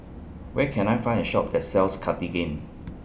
Where Can I Find A Shop that sells Cartigain